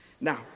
now